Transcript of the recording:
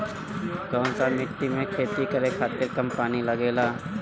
कौन सा मिट्टी में खेती करे खातिर कम पानी लागेला?